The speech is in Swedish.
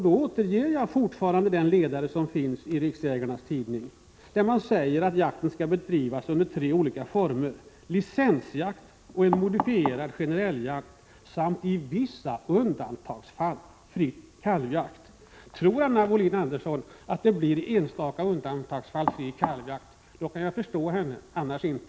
Jag upprepar också vad jag refererade från riksjägarnas tidning, nämligen att jakten skall bedrivas under tre olika former: licensjakt, modifierad generell jakt samt i vissa undantagsfall fri kalvjakt. Tror Anna Wohlin-Andersson att det bara i vissa undantagsfall blir fri kalvjakt? I så fall kan jag förstå henne — annars inte.